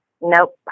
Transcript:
Nope